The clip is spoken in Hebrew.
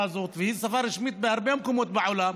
והיא שפה רשמית בהרבה מקומות בעולם.